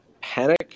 panic